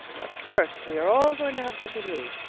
but first we are all going to have something to eat.